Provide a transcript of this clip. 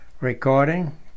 Recording